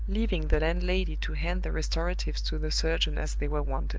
leaving the landlady to hand the restoratives to the surgeon as they were wanted.